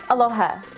Aloha